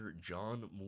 John